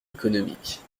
économique